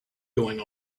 going